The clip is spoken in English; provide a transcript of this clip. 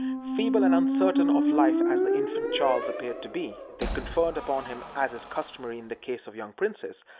feeble and uncertain of life as the infant charles appeared to be, they conferred upon him, as is customary in the case of young princes,